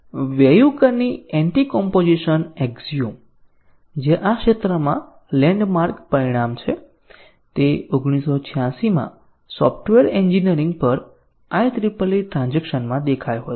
વેયુકરની anticomposition axiom જે આ ક્ષેત્રમાં લેન્ડ માર્ક પરિણામ છે તે 1986 માં સોફ્ટવેર એન્જિનિયરિંગ પર IEEE ટ્રાન્ઝેક્શનમાં દેખાયો હતો